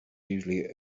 usually